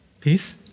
peace